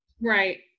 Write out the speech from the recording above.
right